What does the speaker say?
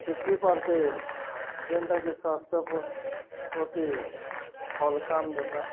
ଶିଖି ପାରତେ ଯେନ୍ଟାକେ ସ୍ୱାସ୍ଥ୍ୟ ପ୍ରତି ଭଲ୍ କାମ ଦେତା